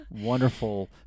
wonderful